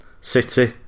City